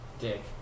Dick